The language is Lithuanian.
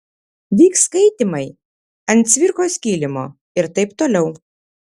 vyks skaitymai ant cvirkos kilimo ir taip toliau